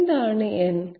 എന്താണ് n